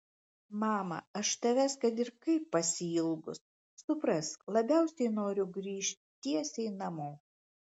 mama aš tavęs kad ir kaip pasiilgus suprask labiausiai noriu grįžt tiesiai namo